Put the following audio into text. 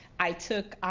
i took.